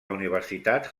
universitat